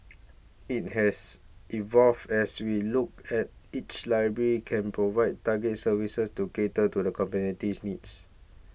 it has evolved as we look at each library can provide targeted services to cater to the community's needs